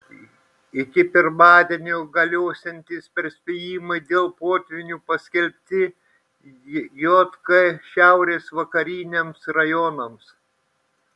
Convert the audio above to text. iki pirmadienio galiosiantys perspėjimai dėl potvynių paskelbti jk šiaurės vakariniams rajonams